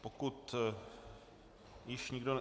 Pokud již nikdo...